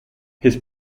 his